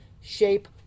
shape